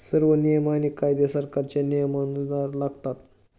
सर्व नियम आणि कायदे सरकारच्या नियमानुसार चालतात